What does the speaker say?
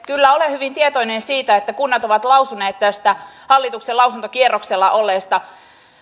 kyllä olen hyvin tietoinen siitä että kunnat ovat lausuneet tästä hallituksen lausuntokierroksella olleesta